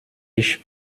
ich